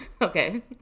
Okay